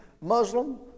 Muslim